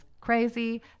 crazy